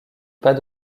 pas